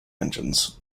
engines